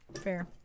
Fair